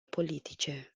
politice